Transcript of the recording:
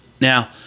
Now